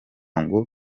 ngo